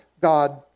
God